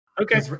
okay